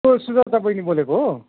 को सुजाता बहिनी बोलेको हो